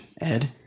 ed